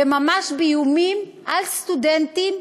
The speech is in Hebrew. וממש איומים על סטודנטים,